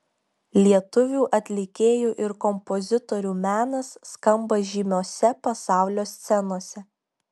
lietuvių atlikėjų ir kompozitorių menas skamba žymiose pasaulio scenose